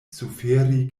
suferi